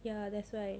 ya that's why